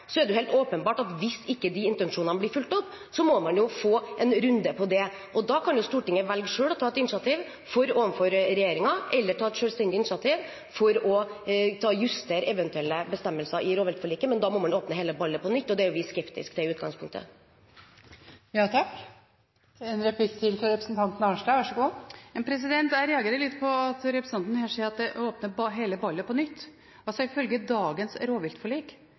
Så er det helt åpenbart at hvis ikke de intensjonene blir fulgt opp, må man få en runde om det. Da kan Stortinget velge selv å ta et initiativ overfor regjeringen eller ta et selvstendig initiativ for å justere eventuelle bestemmelser i rovviltforliket, men da må man åpne hele ballet på nytt, og det er vi skeptiske til i utgangspunktet. Jeg reagerer litt på at representanten her sier at en åpner hele ballet på nytt. Ifølge dagens rovviltforlik er lisensfelling og kvoter på lisensjakt hovedvirkemiddelet for å regulere bestanden av jerv og bjørn. I vinter ble det tatt ut under 30 pst. av kvoten på